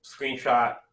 screenshot